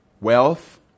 wealth